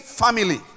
family